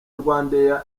rwandair